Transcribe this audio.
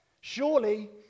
Surely